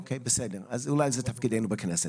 אוקיי, בסדר, אז אולי זה תפקידנו בכנסת.